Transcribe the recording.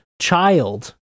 child